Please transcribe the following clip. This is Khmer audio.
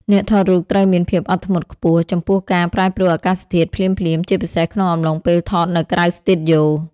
អ្នកថតរូបត្រូវមានភាពអត់ធ្មត់ខ្ពស់ចំពោះការប្រែប្រួលអាកាសធាតុភ្លាមៗ ជាពិសេសក្នុងអំឡុងពេលថតនៅក្រៅស្ទូឌីយ៉ូ។